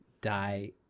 die